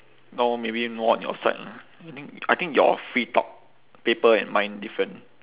now maybe more on your side lah I think your free talk paper and mine different